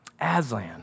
Aslan